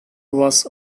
was